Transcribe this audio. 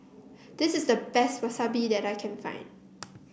this is the best Wasabi that I can find